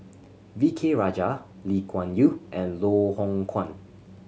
V K Rajah Lee Kuan Yew and Loh Hoong Kwan